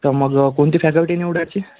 तर मग कोणती फॅकल्टी निवडाची